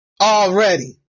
already